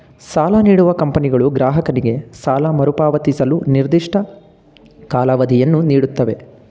ಸಾಲ ನೀಡುವ ಕಂಪನಿಗಳು ಗ್ರಾಹಕನಿಗೆ ಸಾಲ ಮರುಪಾವತಿಸಲು ನಿರ್ದಿಷ್ಟ ಕಾಲಾವಧಿಯನ್ನು ನೀಡುತ್ತವೆ